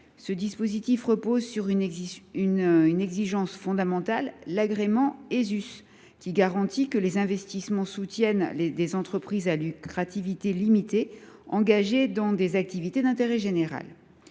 Ce dispositif repose sur une exigence fondamentale : l’agrément Esus, qui garantit que les investissements soutiennent des entreprises à lucrativité limitée engagées dans des activités d’intérêt général.